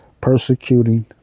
persecuting